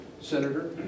Senator